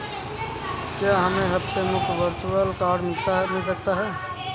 क्या हमें मुफ़्त में वर्चुअल कार्ड मिल सकता है?